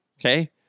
okay